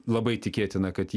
labai tikėtina kad